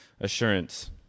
assurance